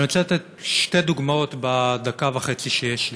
אני רוצה לתת שתי דוגמאות בדקה וחצי שיש לי,